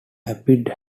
aphids